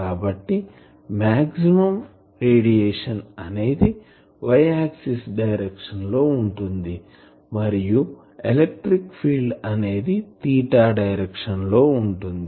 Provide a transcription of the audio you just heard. కాబట్టి maximum radiation అనేది Y axis direction లో ఉంటుంది మరియు ఎలక్ట్రిక్ ఫీల్డ్ అనేది తీటా డైరెక్షన్ లో ఉంటుంది